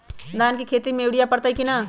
धान के खेती में यूरिया परतइ कि न?